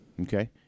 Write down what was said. Okay